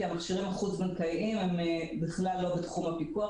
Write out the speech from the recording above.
כי המכשירים החוץ-בנקאיים הם בכלל לא בתחום הפיקוח